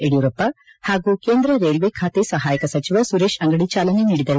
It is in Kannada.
ಯಡಿಯೂರಪ್ಪ ಹಾಗೂ ಕೇಂದ್ರ ರೈಲ್ವೇ ಖಾತೆ ಸಹಾಯಕ ಸಚಿವ ಸುರೇಶ್ ಅಂಗಡಿ ಚಾಲನೆ ನೀಡಿದರು